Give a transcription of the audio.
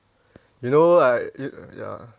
you know what I eat ya